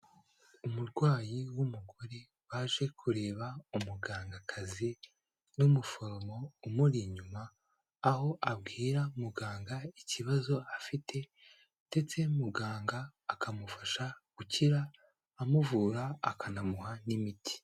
Umurwayi w'umugore waje kureba umugangakazi n'umuforomo umuri inyuma, aho abwira muganga ikibazo afite ndetse muganga akamufasha gukira amuvura akanamuha n'imiti.